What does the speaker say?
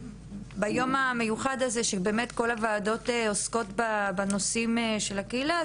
ביום המיוחד הזה שבו באמת כל הוועדות עוסקות בנושאים של הקהילה,